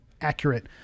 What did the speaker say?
accurate